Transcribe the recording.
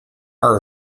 are